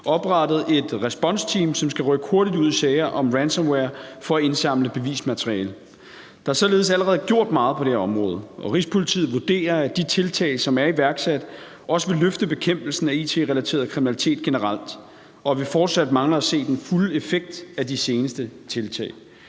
oprettet et responsteam, som skal rykke hurtigt ud i sager om ransomware for at indsamle bevismateriale. Der er således allerede gjort meget på det her område, og Rigspolitiet vurderer, at de tiltag, som er iværksat, også vil løfte bekæmpelsen af it-relateret kriminalitet generelt, og at vi fortsat mangler at se den fulde effekt af de seneste tiltag.